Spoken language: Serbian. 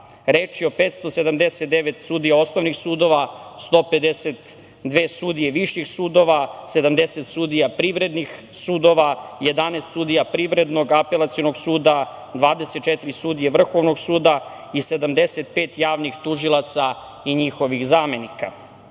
Reč je o 579 sudija osnovnih sudova, 152 sudije viših sudova, 70 sudija privrednih sudova, 11 sudija Privrednog apelacionog suda, 24 sudije Vrhovnog suda i 75 javnih tužilaca i njihovih zamenika.